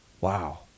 Wow